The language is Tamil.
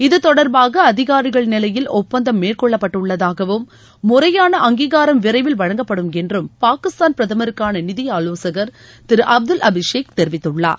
இது தொடர்பாக அதிகாரிகள் நிலையில் ஒப்பந்தம் மேற்கொள்ளப்பட்டுள்ளதாகவும் முறையான அங்கீகாரம் விரைவில் வழங்கப்படும் என்றும் பாகிஸ்தான் பிரதமருக்கான நிதி ஆலோசகர் திரு அப்துல் ஹபீஸ் ஷேக் தெரிவித்துள்ளார்